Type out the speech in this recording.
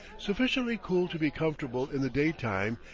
sufficiently cool to be comfortable in the daytime,